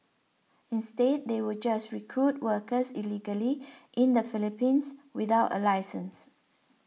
instead they will just recruit workers illegally in the Philippines without a licence